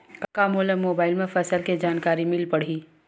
का मोला मोबाइल म फसल के जानकारी मिल पढ़ही?